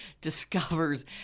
discovers